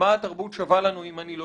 "מה התרבות שווה לנו אם אני לא